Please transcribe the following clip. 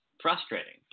frustrating